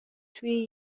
توی